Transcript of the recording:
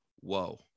whoa